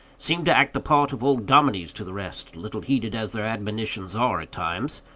seem to act the part of old dominies to the rest, little heeded as their admonitions are at times.